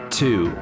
two